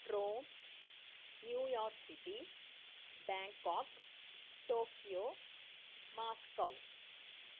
Rome New York City Bangkok Tokyo Moscow